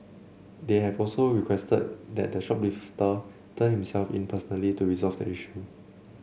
they have also requested that the shoplifter turn himself in personally to resolve the issue